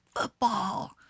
football